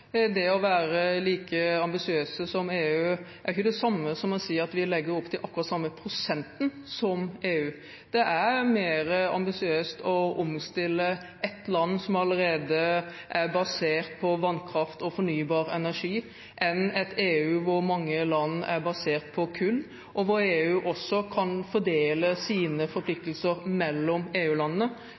Det å være like ambisiøse som EU er ikke det samme som å si at vi legger opp til akkurat samme prosenten som EU. Det er mer ambisiøst å omstille ett land som allerede er basert på vannkraft og fornybar energi enn et EU hvor mange land er basert på kull. EU kan også fordele sine forpliktelser mellom